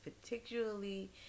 particularly